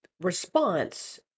response